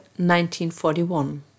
1941